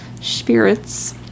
spirits